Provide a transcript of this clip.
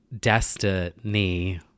destiny